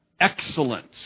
excellence